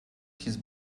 his